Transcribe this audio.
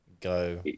go